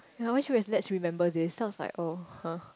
I always feel it's let's remember this then I was like oh !huh!